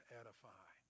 edify